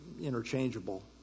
interchangeable